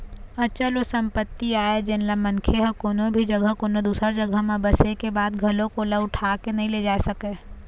अचल ओ संपत्ति आय जेनला मनखे ह कोनो भी जघा कोनो दूसर जघा म बसे के बाद घलोक ओला उठा के नइ ले जा सकय